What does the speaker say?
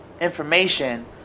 information